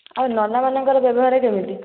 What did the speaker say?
ଆଉ ନନାମାନଙ୍କର ବ୍ୟବହାର କେମିତି